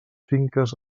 finques